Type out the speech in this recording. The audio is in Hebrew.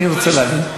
אני רוצה להבין.